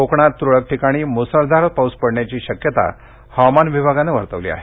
कोकणात तुरळक ठिकाणी मुसळधार पाऊस पडण्याची शक्यता हवामान विभागानं वर्तवली आहे